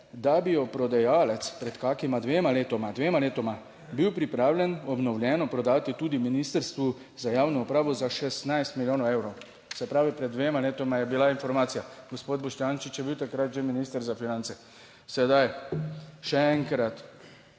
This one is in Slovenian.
da bi jo prodajalec pred kakima dvema letoma, dvema letoma bil pripravljen obnovljeno prodati tudi Ministrstvu za javno upravo za 16 milijonov evrov. Se pravi, pred dvema letoma je bila informacija, gospod Boštjančič je bil takrat že minister za finance. Sedaj še enkrat,